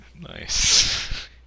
Nice